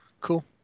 cool